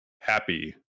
happy